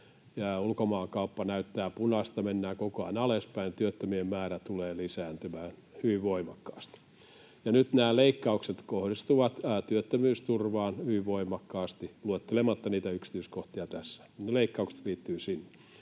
ulkomaankauppa näyttää punaista, mennään koko ajan alaspäin, työttömien määrä tulee lisääntymään hyvin voimakkaasti. Ja nyt nämä leikkaukset kohdistuvat työttömyysturvaan hyvin voimakkaasti — luettelematta niitä yksityiskohtia tässä ne leikkaukset liittyvät sinne.